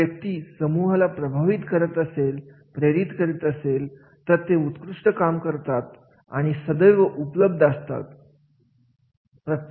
जर व्यक्ती समूहाला प्रभावित करत असेल प्रेरित करीत असेल तर ते उत्कृष्ट काम करतात आणि सदैव उपलब्ध असतात